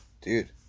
dude